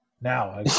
Now